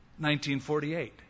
1948